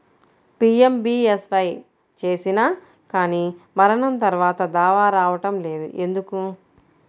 PMBSY చేసినా కానీ మరణం తర్వాత దావా రావటం లేదు ఎందుకు?